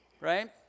Right